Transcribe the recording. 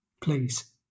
please